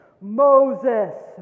Moses